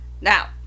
Now